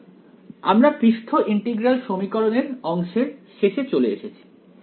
সুতরাং আমরা পৃষ্ঠ ইন্টিগ্রাল সমীকরণের অংশের শেষে চলে এসেছি